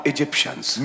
Egyptians